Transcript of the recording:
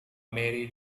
mary